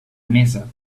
mesa